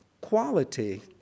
quality